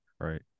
right